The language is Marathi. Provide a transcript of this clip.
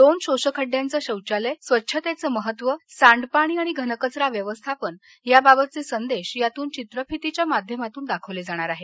दोन शोषखड्डयाचं शौचालय स्वच्छतेचं महत्व सांडपाणी आणि घनकचरा व्यवस्थापन या बाबतचे संदेश यातुन चित्रफितीच्या माध्यमातुन दाखवले जाणार आहेत